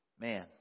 man